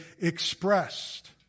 expressed